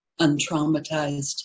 untraumatized